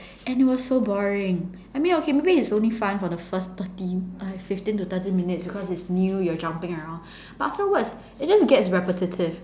and it was so boring I mean okay maybe it's only fun for the first thirty uh fifteen to thirty minutes because it's new you're jumping around but afterwards it just gets repetitive